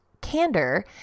Candor